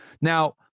Now